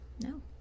no